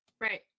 Right